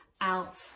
out